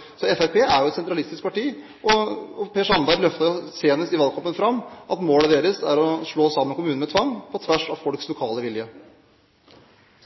så det blir større enheter, for vi i ledelsen i Fremskrittspartiet ser bedre hva som er best måte å organisere f.eks. mitt fylke, Hedmark, på, enn det man gjør selv. Fremskrittspartiet er jo et sentralistisk parti. Per Sandberg løftet fram – senest i valgkampen – at målet deres er å slå sammen kommuner med tvang, på tvers av folks lokale vilje.